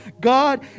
God